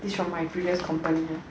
this from my previous company